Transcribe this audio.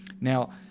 Now